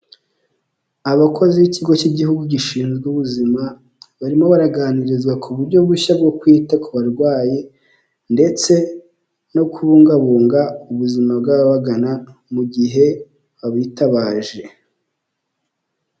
Abakozi b'ikigo cy'igihugu gishinzwe ubuzima, barimo baraganirizwa ku buryo bushya bwo kwita ku barwayi, ndetse no kubungabunga ubuzima bw'ababagana mu gihe babitabaje.